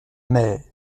mais